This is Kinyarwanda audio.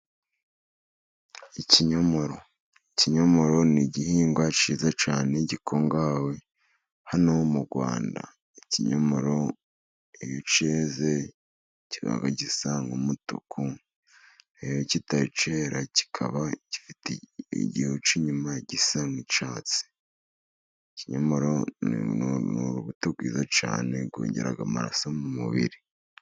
Ikinyomoro. Ikinyomoro ni igihingwa cyiza cyane gikungahawe hano mu Rwanda. Ikinyomoro iyo cyeze kiba gisa n'umutuku, iyo kitari cyera kikaba gifite igihu cy'inyuma gisa nk'icyatsi. Ikinyomoro ni urubuto rwiza cyane, rwongera amaraso mu mubiri.